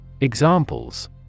Examples